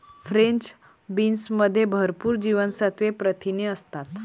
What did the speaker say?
French बीन्समध्ये भरपूर जीवनसत्त्वे, प्रथिने असतात